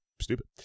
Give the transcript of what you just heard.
stupid